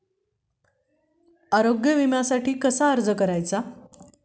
आरोग्य विम्यासाठी कसा अर्ज करायचा?